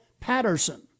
Patterson